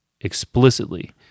explicitly